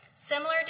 Similar